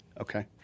Okay